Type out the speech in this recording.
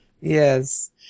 Yes